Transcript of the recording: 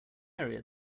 area